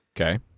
Okay